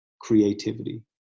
creativity